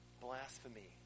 blasphemy